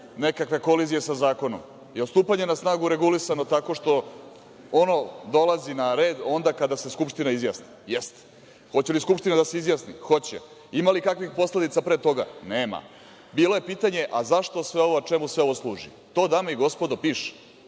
nekakve kolizije sa zakonom, jel stupanje na snagu regulisano tako što ono dolazi na red onda kada se Skupština izjasni? Jeste. Hoće li Skupština da se izjasni? Hoće. Ima li kakvih posledica pre toga? Nema. Bilo je pitanje – zašto sve ovo, čemu sve ovo služi? To dame i gospodo piše.